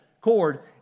cord